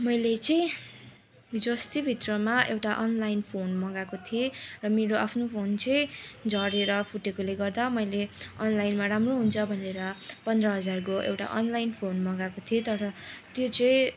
मैले चाहिँ हिजो अस्तिभित्रमा एउटा अनलाइन फोन मगाएको थिएँ र मेरो आफ्नो फोन चाहिँ झरेर फुटेकोले गर्दा मैले अनलाइनमा राम्रो हुन्छ भनेर पन्ध्र हजारको एउटा अनलाइन फोन मगाएको थिएँ तर त्यो चाहिँ